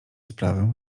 sprawę